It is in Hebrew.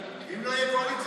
אם לא יהיה קואליציה